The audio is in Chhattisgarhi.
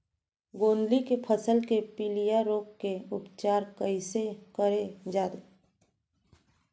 गोंदली के फसल के पिलिया रोग के उपचार कइसे करे जाये?